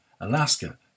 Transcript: Alaska